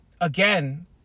again